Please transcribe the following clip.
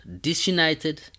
disunited